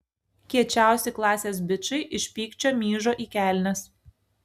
kiečiausi klasės bičai iš pykčio myžo į kelnes